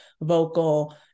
vocal